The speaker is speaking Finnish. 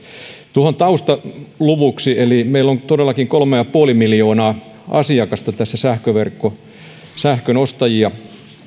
tuohon taustaluvuiksi meillä on tässä todellakin kolme pilkku viisi miljoonaa asiakasta sähkönostajia